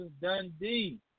Dundee